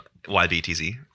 Ybtz